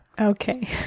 Okay